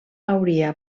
hauria